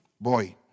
boy